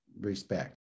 respect